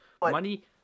Money